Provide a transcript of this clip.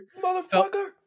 Motherfucker